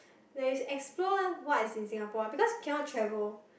where is explore what is in Singapore because cannot travel